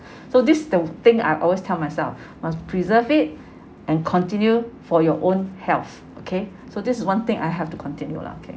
~cise so this the thing I always tell myself must preserve it and continue for your own health okay so this is one thing I have to continue lah okay